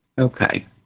Okay